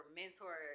mentor